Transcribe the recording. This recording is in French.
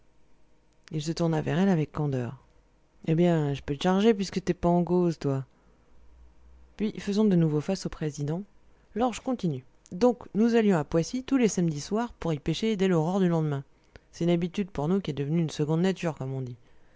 il se tourna vers elle avec candeur eh bien j'peux t'charger puisque t'es pas en cause toi puis faisant de nouveau face au président lors je continue donc nous allions à poissy tous les samedis soir pour y pêcher dès l'aurore du lendemain c'est une habitude pour nous qu'est devenue une seconde nature comme on dit